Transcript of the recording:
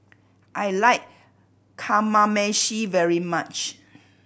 I like Kamameshi very much